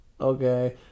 okay